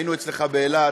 היינו אצלך באילת